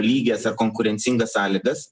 lygias ar konkurencingas sąlygas